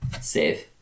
save